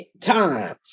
time